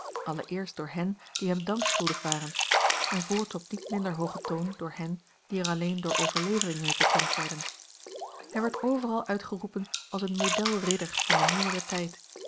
allereerst door hen die hem dank schuldig waren en voorts op niet minder hoogen toon door hen die er alleen door overlevering mee bekend werden hij werd overa uitgeroepen als een modelridder van den nieuweren tijd